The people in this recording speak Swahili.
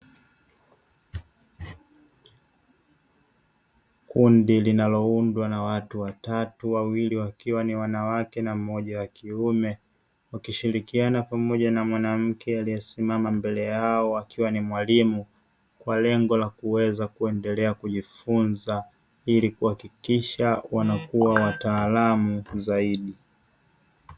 Kundi linaloundwa na watu watatu wawili wakiwa ni wanawake na mmoja wa kiume wakishirikiana pamoja na mwanamke aliyesimama mbele yao, wakiwa ni mwalimu kwa lengo la kuweza kuendelea kujifunza ili kuhakikisha wanakuwa wataalamu zaidi.